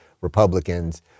republicans